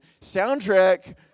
soundtrack